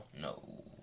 no